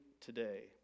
today